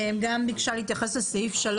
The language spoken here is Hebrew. גם דנה בר-און ביקשה להתייחס לסעיף (3).